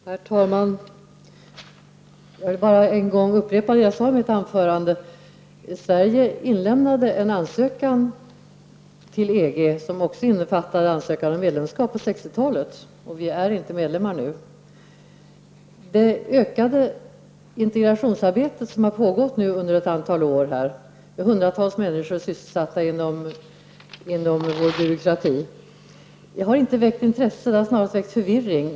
Herr talman! Jag vill bara upprepa vad jag sade i mitt anförande: Sverige inlämnade faktiskt en ansökan till EG också på 60-talet som innefattade en ansökan om medlemskap. Men vi är ändå inte medlemmar nu. Det ökade integrationsarbete som har pågått i ett antal år här med hundratals människor sysselsatta inom byråkratin har inte väckt något intresse, utan det har snarare framkallat förvirring.